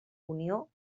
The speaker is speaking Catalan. unió